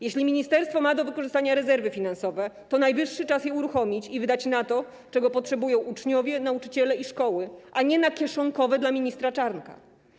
Jeśli ministerstwo ma do wykorzystania rezerwy finansowe, to najwyższy czas je uruchomić i wydać na to, czego potrzebują uczniowie, nauczyciele i szkoły, a nie na kieszonkowe dla ministra Czarnka.